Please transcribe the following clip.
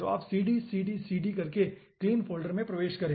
तो आप cd cd cd करके clean फोल्डर में प्रवेश करें